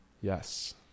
Yes